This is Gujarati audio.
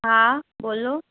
હા બોલો